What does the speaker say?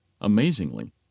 Amazingly